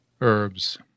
herbs